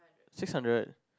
six hundred